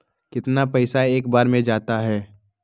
कितना पैसा एक बार में जाता है?